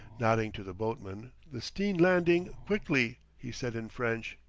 nodding to the boatman the steen landing quickly, he said in french.